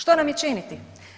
Što nam je činiti?